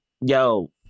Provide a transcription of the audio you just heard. yo